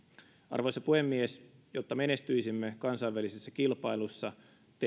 arvoisa puhemies jotta menestyisimme kansainvälisessä kilpailussa tki